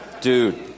Dude